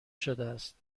شدهاست